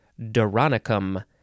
Doronicum